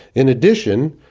in addition,